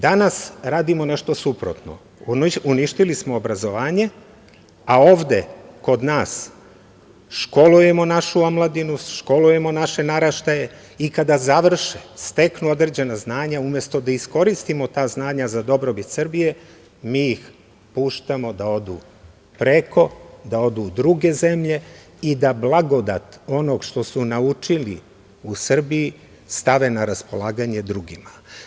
Danas radimo nešto suprotno, uništili smo obrazovanje, a ovde kod nas školujemo našu omladinu, školujemo naše naraštaje i kada završe steknu određena znanja umesto da iskoristimo ta znanja za dobrobit Srbije, mi ih puštamo da odu preko, da odu u druge zemlje i da blagodat onog što su naučili u Srbiji stave na raspolaganje drugima.